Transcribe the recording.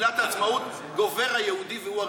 לא הסכמנו לחתום עליו.